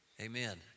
Amen